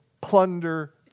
plunder